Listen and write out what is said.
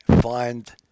find